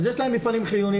אז יש להם מפעלים חיוניים,